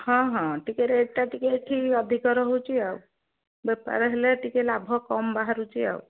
ହଁ ହଁ ଟିକେ ରେଟ୍ଟା ଟିକେ ଏଠି ଅଧିକ ରହୁଛି ଆଉ ବେପାର ହେଲେ ଟିକେ ଲାଭ କମ୍ ବାହାରୁଛି ଆଉ